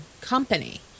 company